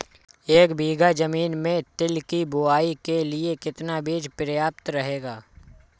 एक बीघा ज़मीन में तिल की बुआई के लिए कितना बीज प्रयाप्त रहेगा?